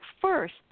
first